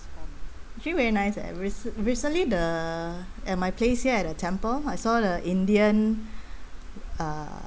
actually very nice eh recent~ recently the at my place here at the temple I saw the indian uh